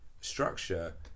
structure